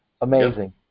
Amazing